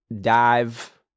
dive